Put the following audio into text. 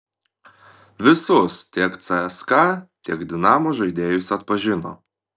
visus tiek cska tiek dinamo žaidėjus atpažino